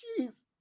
Jeez